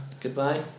Goodbye